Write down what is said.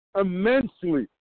immensely